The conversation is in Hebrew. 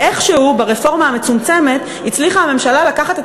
ואיכשהו ברפורמה המצומצמת הצליחה הממשלה לקחת את